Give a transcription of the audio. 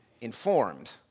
informed